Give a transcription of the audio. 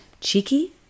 Cheeky